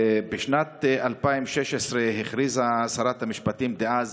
בשנת 2016 הכריזה שרת המשפטים דאז